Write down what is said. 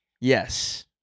Yes